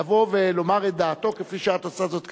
לבוא ולומר את דעתו כפי שאת עושה זאת כרגע.